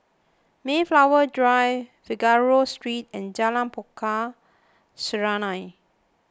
Mayflower Drive Figaro Street and Jalan Pokok Serunai